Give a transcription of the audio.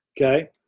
Okay